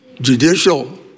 judicial